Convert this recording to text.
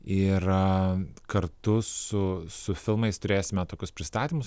ir kartu su su filmais turėsime tokius pristatymus